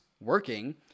working